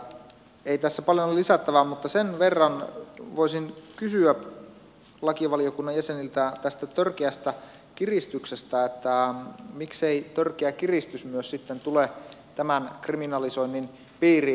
ei tässä paljon ole lisättävää mutta sen verran voisin kysyä lakivaliokunnan jäseniltä tästä törkeästä kiristyksestä että miksei törkeä kiristys myös sitten tule tämän kriminalisoinnin piiriin